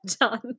done